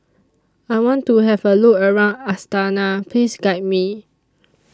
I want to Have A Look around Astana Please Guide Me